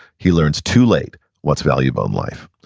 he learns too late what's valuable in life.